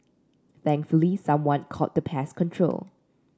thankfully someone called the pest control